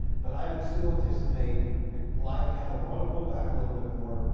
but i would still anticipate that live cattle want to pull back a little bit more,